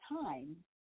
time